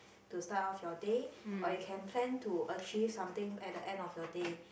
to start off your day or you can plan to achieve something at the end of your day